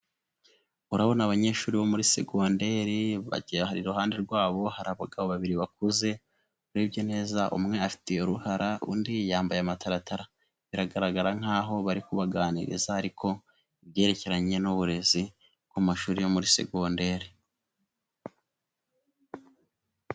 Urabona abanyeshuri bo muri Segonderi iruhande rwabo hari abagabo babiri bakuze, urebye neza umwe afite uruhara undi yambaye amataratara. Biragaragara nkaho bari kubaganiriza ariko ibyerekeranye n'uburezi ku mashuri yo muri Segonderi.